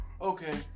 Okay